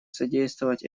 содействовать